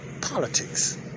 politics